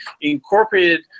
incorporated